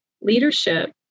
leadership